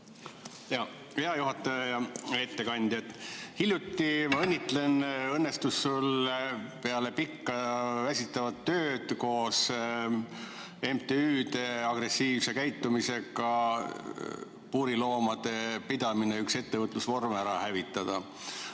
Hea juhataja! Hea ettekandja! Hiljuti – ma õnnitlen! – õnnestus sul peale pikka väsitavat tööd MTÜ-de agressiivse käitumise abil puuriloomade pidamine, üks ettevõtlusvorm, ära hävitada.